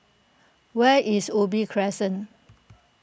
where is Ubi Crescent